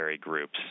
groups